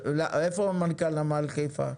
איפה מנכ"ל נמל חיפה?